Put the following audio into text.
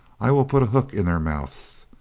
i will put a hook in their mouths.